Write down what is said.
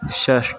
षष्